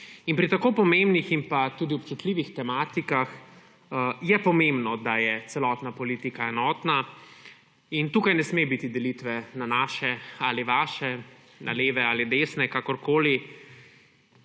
Pri tako pomembnih in tudi občutljivih tematikah je pomembno, da je celotna politika enotna. Tukaj ne sme biti delitve na naše ali vaše, na leve ali desne, kakorkoli.